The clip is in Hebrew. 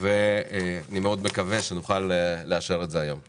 אני מאוד מקווה שנוכל לאשר את ההצעה היום.